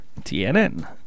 TNN